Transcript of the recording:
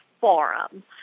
Forum